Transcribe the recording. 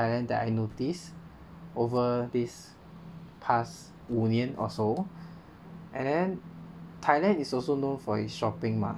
Thailand that I notice over this past 五年 or so and then Thailand is also known for its shopping mah